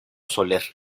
soler